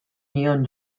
nion